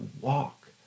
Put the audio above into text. walk